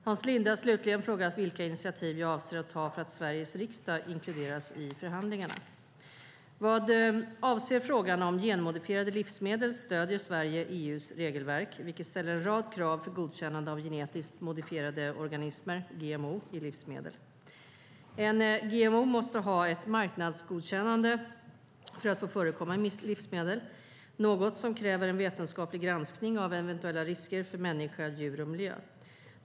Hans Linde har slutligen frågat vilka initiativ jag avser att ta för att Sveriges riksdag inkluderas i förhandlingarna. Vad avser frågan om genmodifierade livsmedel stödjer Sverige EU:s regelverk, vilket ställer en rad krav för godkännande av genetiskt modifierade organismer i livsmedel. En GMO måste ha ett marknadsgodkännande för att få förekomma i livsmedel, något som kräver en vetenskaplig granskning av eventuella risker för människa, djur och miljö.